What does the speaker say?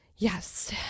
Yes